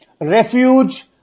refuge